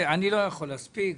אני לא יכול להספיק.